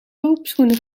loopschoenen